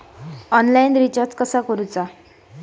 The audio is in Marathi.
ऑनलाइन रिचार्ज कसा करूचा?